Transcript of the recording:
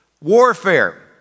warfare